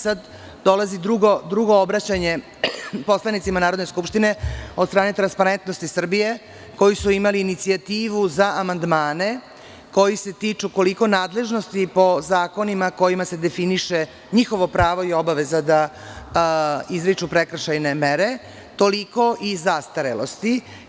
Sada dolazi drugo obraćanje poslanicima Narodne skupštine od strane Transparentnosti Srbije, koji su imali inicijativu za amandmane a koji se tiču koliko nadležnosti po zakonima kojima se definiše njihovo pravo i obaveza da izriču prekršajne mere, toliko i zastarelosti.